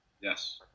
Yes